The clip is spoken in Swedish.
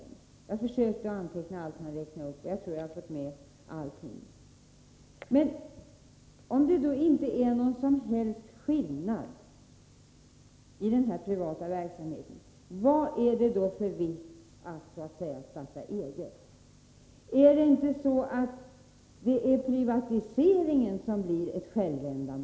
Jag försökte anteckna allt man räknade upp, och jag tror jag fick med allt. Men om det inte är någon som helst skillnad i den här privata verksamheten gentemot den offentliga, vad är det då för vits med att så att säga starta eget? Är det inte så att det är privatiseringen som blir ett självändamål?